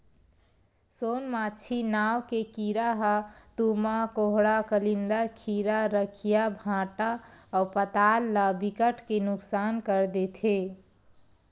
सोन मांछी नांव के कीरा ह तुमा, कोहड़ा, कलिंदर, खीरा, रखिया, भांटा अउ पताल ल बिकट के नुकसान कर देथे